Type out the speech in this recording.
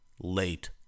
late